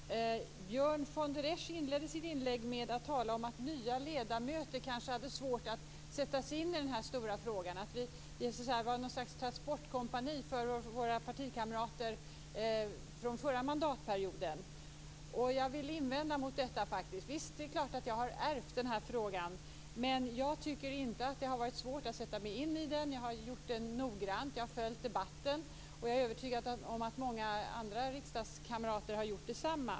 Fru talman! Björn von der Esch inledde sitt inlägg med att tala om att nya ledamöter kanske har svårt att sätta sig in i den här stora frågan, dvs. att vi skulle vara ett slags transportkompani för våra partikamrater från förra mandatperioden. Jag vill faktiskt invända mot detta. Visst, det är klart att jag har ärvt den här frågan. Men jag tycker inte att det har varit svårt för mig att sätta mig in i den. Jag har gjort det noga och har följt debatten, och jag är övertygad om att många andra riksdagskamrater har gjort detsamma.